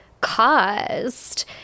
caused